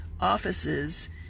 offices